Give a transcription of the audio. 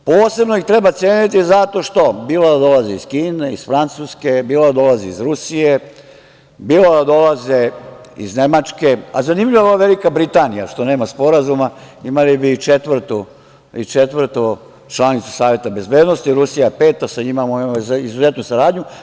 Posebno ih treba ceniti zato što, bilo da dolaze iz Kine, iz Francuske, bilo da dolaze iz Rusije, bilo da dolaze iz Nemačke, a zanimljivo ova Velika Britanija što nema sporazuma, imali bi i četvrtu članicu Saveta bezbednosti, Rusija je peta i sa njima imamo izuzetnu saradnju…